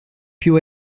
più